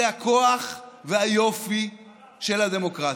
זה הכוח והיופי של הדמוקרטיה.